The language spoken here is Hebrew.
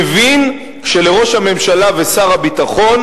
מבין שלראש הממשלה ולשר הביטחון,